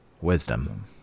wisdom